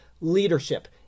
leadership